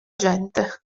gente